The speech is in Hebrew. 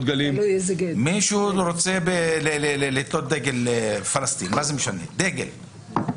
אם מישהו רוצה לתלות דגל פלסטין או דגל כלשהו,